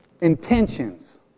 intentions